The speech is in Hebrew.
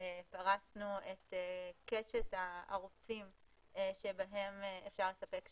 פרסנו את קשת הערוצים בהם אפשר לספק שירותים.